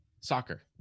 soccer